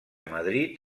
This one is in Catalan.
madrid